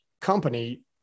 company